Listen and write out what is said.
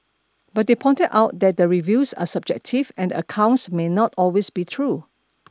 but they pointed out that the reviews are subjective and the accounts may not always be true